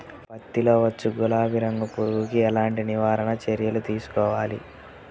పత్తిలో వచ్చు గులాబీ రంగు పురుగుకి ఎలాంటి నివారణ చర్యలు తీసుకోవాలి?